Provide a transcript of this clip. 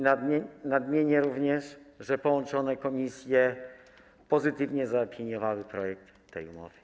Nadmienię również, że połączone komisje pozytywnie zaopiniowały projekt tej umowy.